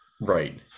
Right